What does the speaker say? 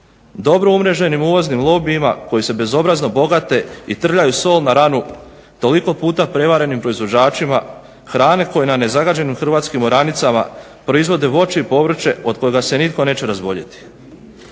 Dobro umreženim uvoznim lobijima koji se bezobrazno bogate i trljaju sol na ranu toliko puta prevarenim proizvođačima hrane koji na nezagađenim hrvatskim oranicama proizvode voće i povrće od kojega se nitko neće razboljeti.